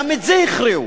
גם את זה הכריעו.